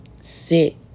sit